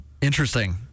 Interesting